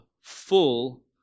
full